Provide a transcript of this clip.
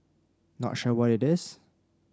not sure what it is